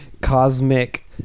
cosmic